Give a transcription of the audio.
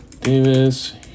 Davis